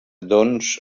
doncs